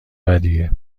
بدیه